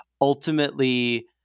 ultimately